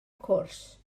cwrs